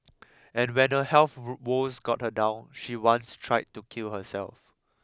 and when her health woes got her down she once tried to kill herself